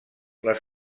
les